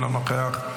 אינו נוכח.